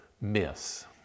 miss